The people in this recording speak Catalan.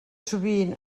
sovint